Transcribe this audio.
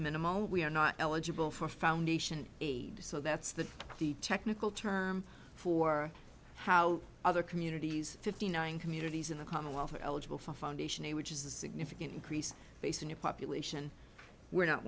minimal we are not eligible for foundation aid so that's the technical term for how other communities fifty nine communities in the commonwealth are eligible for foundation which is a significant increase based on a population we're not